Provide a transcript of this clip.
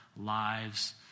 lives